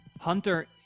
Hunter